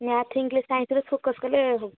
math English ସାଇନ୍ସରେ focus କଲେ ହଉ